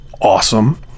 Awesome